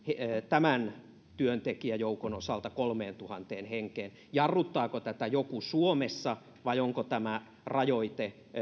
tämän työntekijäjoukon osalta kolmeentuhanteen henkeen jarruttaako tätä joku suomessa vai onko tämä rajoite